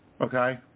Okay